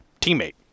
teammate